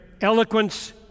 eloquence